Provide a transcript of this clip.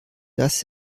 dass